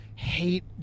hate